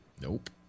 Nope